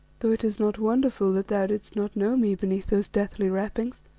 though it is not wonderful that thou didst not know me beneath those deathly wrappings.